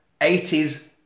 80s